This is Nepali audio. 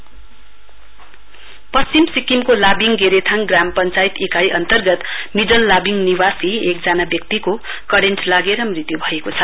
देत्य पश्चिम सिक्किमको लाबिङ गेरेथाङ ग्राम पश्चायत इकाई अन्तर्गत मिडल लाबिङ निवासी एकजना व्यक्तिको करेन्ट लागेर मृत्यु भएको छ